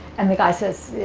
and the guy says,